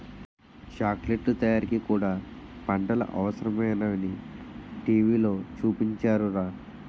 చాకిలెట్లు తయారీకి కూడా పంటలు అవసరమేనని టీ.వి లో చూపించారురా